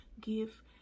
give